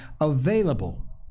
available